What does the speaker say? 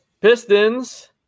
Pistons